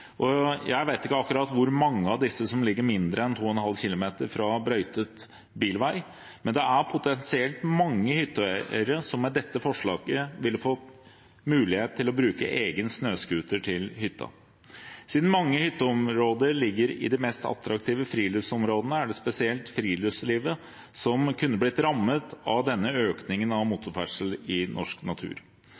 Jeg vet ikke akkurat hvor mange av disse som ligger mindre enn 2,5 km fra brøytet bilvei, men det er potensielt mange hytteeiere som med dette forslaget ville fått mulighet til å bruke egen snøscooter til hytta. Siden mange hytteområder ligger i de mest attraktive friluftsområdene, er det spesielt friluftslivet som kunne blitt rammet av denne økningen i motorferdsel i norsk natur.